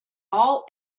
all